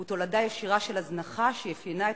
הוא תולדה ישירה של הזנחה שאפיינה את